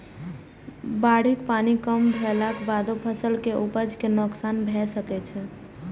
बाढ़िक पानि कम भेलाक बादो फसल के उपज कें नोकसान भए सकै छै